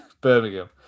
Birmingham